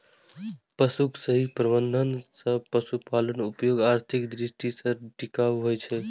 पशुक सही प्रबंधन सं पशुपालन उद्योग आर्थिक दृष्टि सं टिकाऊ होइ छै